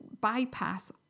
bypass